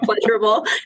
pleasurable